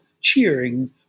cheering